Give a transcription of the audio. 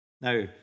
Now